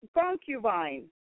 Concubine